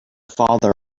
father